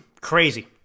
crazy